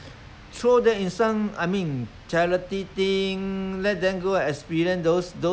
yes yes should let them let them let them